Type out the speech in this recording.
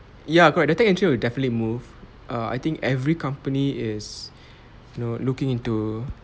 ya correct data entry will definitely move err I think every company is you know looking into